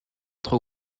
trop